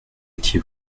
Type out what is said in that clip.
étiez